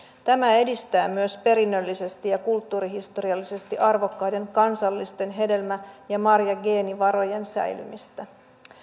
tämä edistää myös perinnöllisesti ja kulttuurihistoriallisesti arvokkaiden kansallisten hedelmä ja marjageenivarojen säilymistä